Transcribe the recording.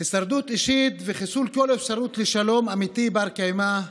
הישרדות אישית וחיסול כל האפשרות לשלום אמיתי בר-קיימא,